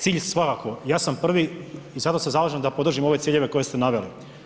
Cilj svakako, ja sam prvi i zato se zalažem da podržim ove ciljeve koje ste naveli.